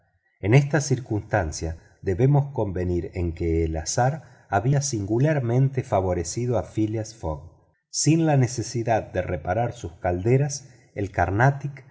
en esta circunstancia debemos convenir en que el azar había singularmente favorecido a phileas fogg sin la necesidad de reparar sus calderas el carnatic